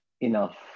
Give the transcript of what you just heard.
enough